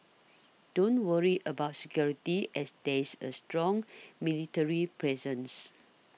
don't worry about security as there's a strong military presence